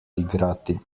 igrati